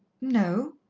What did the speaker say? no,